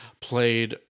played